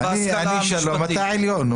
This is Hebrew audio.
אני שלום, אתה עליון.